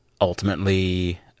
ultimately